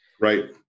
Right